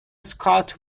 scott